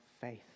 faith